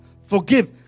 forgive